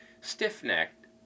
stiff-necked